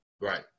Right